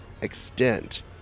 extent